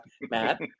Matt